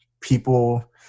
people